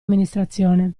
amministrazione